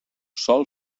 sol